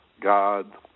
God